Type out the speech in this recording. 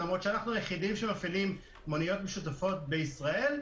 למרות שאנחנו היחידים שמפעילים מוניות משותפות בישראל,